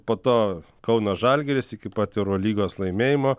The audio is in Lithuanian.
po to kauno žalgiris iki pat eurolygos laimėjimo